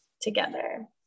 together